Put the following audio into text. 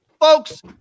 Folks